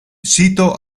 sito